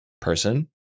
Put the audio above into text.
person